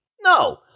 No